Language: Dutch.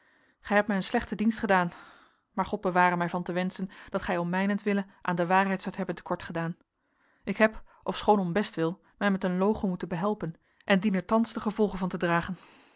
gij hebt mij een slechten dienst gedaan maar god beware mij van te wenschen dat gij om mijnentwille aan de waarheid zoudt hebben te kort gedaan ik heb ofschoon om bestwil mij met een logen moeten behelpen en dien er thans de gevolgen van te dragen